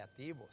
creativos